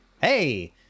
Hey